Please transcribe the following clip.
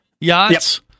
Yachts